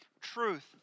truth